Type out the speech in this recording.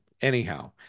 anyhow